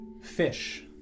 fish